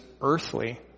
earthly